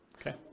Okay